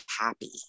happy